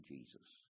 Jesus